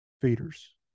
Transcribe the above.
feeders